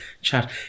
chat